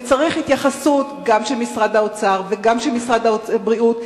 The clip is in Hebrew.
וצריך התייחסות גם של משרד האוצר וגם של משרד הבריאות,